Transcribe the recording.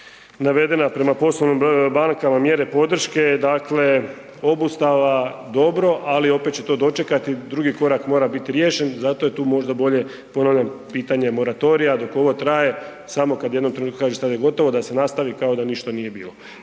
navedena prema …/Govornik se ne razumije/…mjere podrške, dakle obustava dobro, ali opet će to dočekati, drugi korak mora bit riješen, zato je tu možda bolje, ponavljam pitanje moratorija dok ovo traje samo kad u jednom trenutku kažeš stvar je gotova da se nastavi kao da ništa nije bilo.